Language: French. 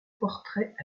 portrait